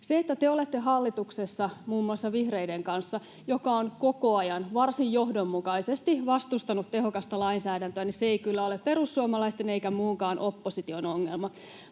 Se, että te olette hallituksessa muun muassa vihreiden kanssa, jotka ovat koko ajan varsin johdonmukaisesti vastustaneet tehokasta lainsäädäntöä, ei kyllä ole perussuomalaisten eikä muunkaan opposition ongelma.